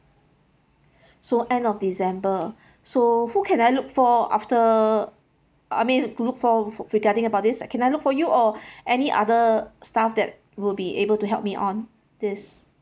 so end of december so who can I look for after I mean to look for regarding about this can I look for you or any other staff that will be able to help me on this